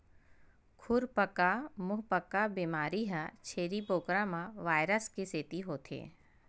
खुरपका मुंहपका बेमारी ह छेरी बोकरा म वायरस के सेती होथे